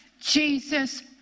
Jesus